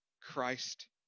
Christ